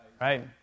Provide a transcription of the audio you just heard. Right